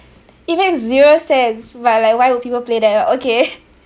it makes zero sense but like why would people play that uh okay